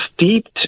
steeped